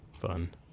fun